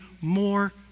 more